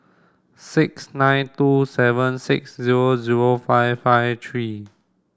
six nine two seven six zero zero five five three